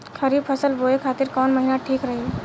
खरिफ फसल बोए खातिर कवन महीना ठीक रही?